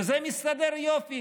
וזה מסתדר יופי,